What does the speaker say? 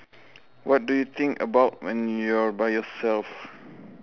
what do you think about when you are by yourself